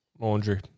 Laundry